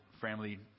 family